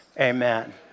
amen